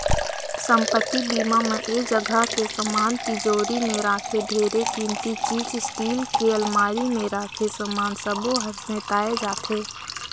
संपत्ति बीमा म ऐ जगह के समान तिजोरी मे राखे ढेरे किमती चीच स्टील के अलमारी मे राखे समान सबो हर सेंइताए जाथे